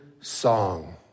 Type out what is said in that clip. song